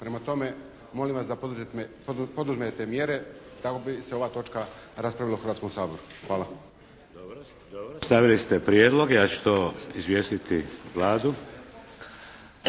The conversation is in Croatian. Prema tome, molim vas da poduzmete mjere da bi se ova točka raspravila u Hrvatskom saboru. Hvala. **Šeks, Vladimir (HDZ)** Dobro. Stavili ste prijedlog. Ja ću to izvijestiti Vladu.